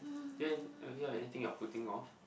do you have uh do you have anything you're putting off